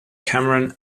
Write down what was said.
cameron